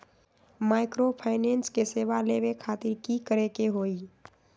Microfinance के सेवा लेबे खातीर की करे के होई?